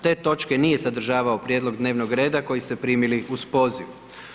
Te točke nije sadržavao prijedlog dnevnog reda koji ste primili uz poziv.